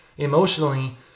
Emotionally